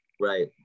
right